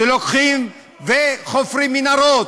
שלוקחים וחופרים מנהרות,